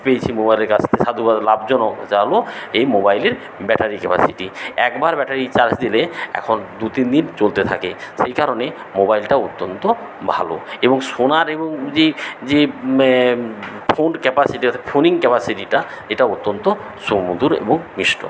পেয়েছি মোবাইলের কাছ থেকে সাধুবাদ লাভজনক তা হল এই মোবাইলের ব্যাটারি ক্যাপাসিটি একবার ব্যাটারি চার্জ দিলে এখন দু তিন দিন চলতে থাকে সেই কারণেই মোবাইলটা অত্যন্ত ভালো এবং সোনার এবং যেই যে যে ফোন ক্যাপাসিটি অর্থাৎ ফোনিং ক্যাপাসিটিটা এটা অত্যন্ত সুমধুর এবং মিষ্ট